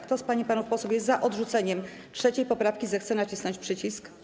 Kto z pań i panów posłów jest za odrzuceniem 3. poprawki, zechce nacisnąć przycisk.